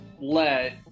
let